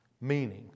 Meaning